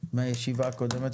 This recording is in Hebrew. מהישיבה הקודמת.